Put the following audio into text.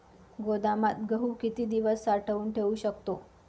गोदामात गहू किती दिवस साठवून ठेवू शकतो?